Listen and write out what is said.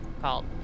called